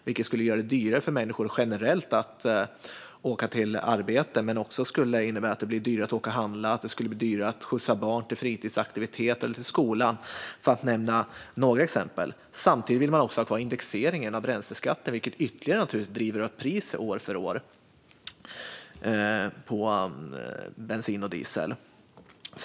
Det skulle göra det dyrare för människor generellt att åka till arbetet, men det skulle också innebära att det blir dyrare att åka och handla och att skjutsa barn till fritidsaktiviteter eller skola, för att nämna några exempel. Samtidigt vill man också ha kvar indexeringen av bränsleskatten, vilket naturligtvis ytterligare driver upp priset år för år på bensin och diesel.